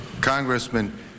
Congressman